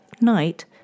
night